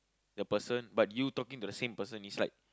the person but you talking to the same person is like